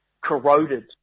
corroded